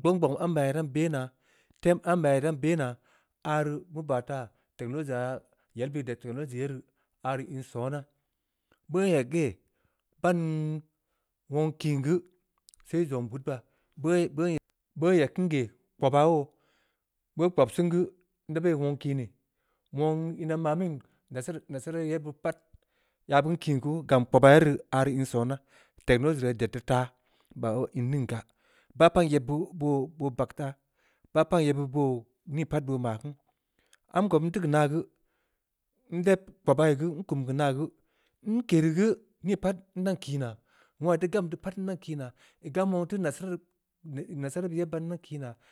gbong-gbong ambeya ii dan beh naa, tem ambe idan beh naa. aah rii beu baa taa, technology aah beu baa taa, technology aah yel beud ii ded technology ye rii. aah rii in sona, beuno ii eg geh, baan wong kiin geu, sai zong bud baa, beuno- beuno- beuno ii eg beun geh, kpobaa yoo, beuno kpop sehn geu, nda beh wong kii nii, wong ina mamin, nasara-nasara yebbeu rii pat, ya beun kiin kuu, gam kpobaa ye rii. in sona. technology aah ii ded dii taa. ba wai in ning gaa, baa paan yeb beud boo-boo bag taa, baa paan yeb beud boo ni pat boo maa keun, amko nteu keu naa geu, nleb kpobaa geu nkum ya keu naaa geu, nkereu geu, ni pat ndan kii naa, wongha ii teu gam deu pat ndan kiinaa, ii gam wong teu nasara nasara yebbeu rii pat ii dan kiinaa